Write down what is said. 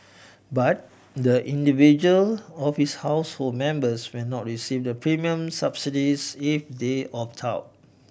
but the individual of his household members will not receive the premium subsidies if they opt out